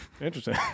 Interesting